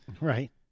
Right